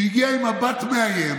שהגיע עם מבט מאיים,